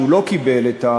שהוא לא קיבל את,